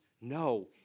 No